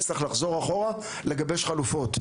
נצטרך לחזור אחורה ולגבש חלופות,